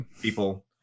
people